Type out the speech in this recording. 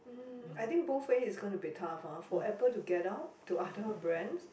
mm I think both way is gonna be tough ah for Apple to get out to other brands